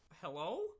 Hello